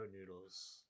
noodles